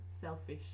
selfish